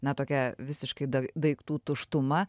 na tokia visiškai daik daiktų tuštuma